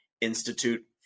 Institute